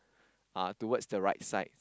uh towards the right side